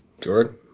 Jordan